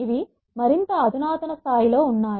ఇవి మరింత అధునాతన స్థాయిలో ఉన్నాయి